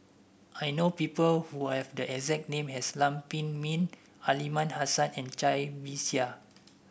I know people who have the exact name as Lam Pin Min Aliman Hassan and Cai Bixia